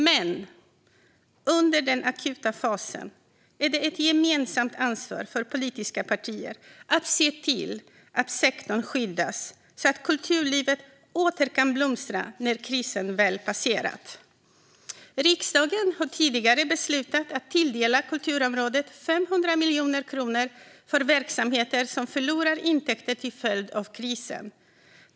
Men under den akuta fasen är det ett gemensamt ansvar för politiska partier att se till att sektorn skyddas så att kulturlivet åter kan blomstra när krisen väl passerat. Riksdagen har tidigare beslutat att tilldela kulturområdet 500 miljoner kronor för verksamheter som förlorar intäkter till följd av krisen.